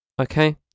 ...okay